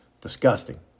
disgusting